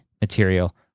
material